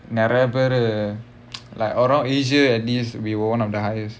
நிறைய பேரு:niraiya peru like around asia at least we were one of the highest